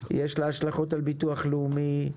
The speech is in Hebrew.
יש לה השלכות על ביטוח לאומי,